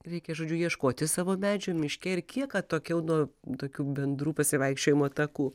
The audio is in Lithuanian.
reikia žodžiu ieškoti savo medžio miške ir kiek atokiau nuo tokių bendrų pasivaikščiojimo takų